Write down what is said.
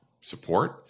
support